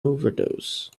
overdose